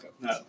No